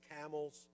camels